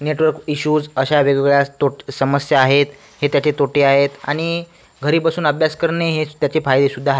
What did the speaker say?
network issues अशा वेगवेगळ्या स टोट समस्या आहेत हे त्याचे तोटे आहेत आणि घरी बसून अभ्यास करणे हेच त्याचे फायदेसुद्धा हा